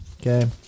Okay